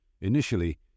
Initially